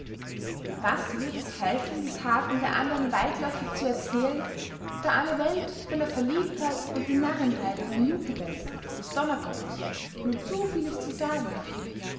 was würd es helfen die thaten der andern weitläufig zu erzehlen da alle welt von der verliebtheit und den narrentheidungen jupiters des donnergottes nur zu vieles zu sagen hat